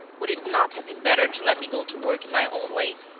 would it not have been better to let me go to work in my own way?